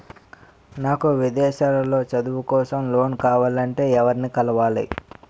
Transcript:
నాకు విదేశాలలో చదువు కోసం లోన్ కావాలంటే ఎవరిని కలవాలి?